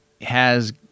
has-